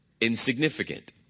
insignificant